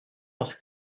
aus